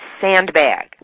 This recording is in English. sandbag